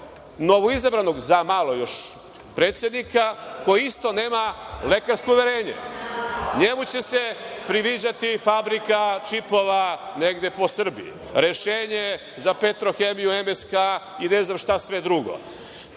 novoizabranog, za malo još, predsednika koji isto nema lekarsko uverenje? NJemu će se priviđati fabrika čipova negde po Srbiji, rešenje za „Petrohemiju“, MSK i ne znam šta sve drugo.